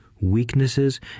weaknesses